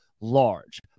large